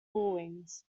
forewings